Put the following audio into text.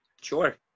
Sure